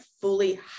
fully